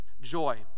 joy